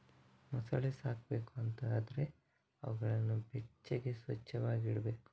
ಮೊಸಳೆ ಸಾಕ್ಬೇಕು ಅಂತ ಆದ್ರೆ ಅವುಗಳನ್ನ ಬೆಚ್ಚಗೆ, ಸ್ವಚ್ಚವಾಗಿ ಇಡ್ಬೇಕು